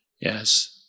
yes